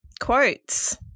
Quotes